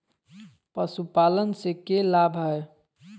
पशुपालन से के लाभ हय?